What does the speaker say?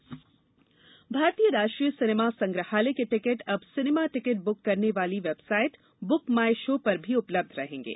book my show भारतीय राष्ट्रीय cinema संग्रहालय के टिकट अब सिनेमा टिकट बुक करने वाली वैबसाइट बुक माई शो पर भी उपलब्ध रहेंगे